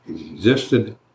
existed